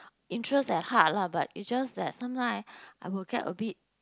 interest at heart lah but is just that sometime I'll get a bit